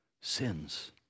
sins